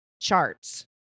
charts